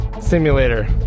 simulator